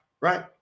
right